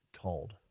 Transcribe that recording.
called